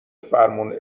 فرمون